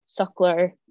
suckler